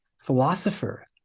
philosopher